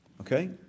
Okay